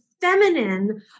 feminine